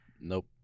Nope